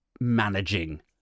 managing